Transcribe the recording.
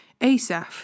Asaph